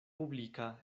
publika